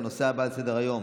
הנושא הבא על סדר-היום: